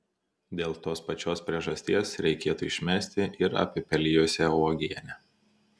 dėl tos pačios priežasties reikėtų išmesti ir apipelijusią uogienę